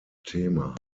thema